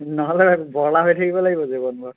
নহ'লে বৰলা হৈ থাকিব লাগিব জীৱনভৰ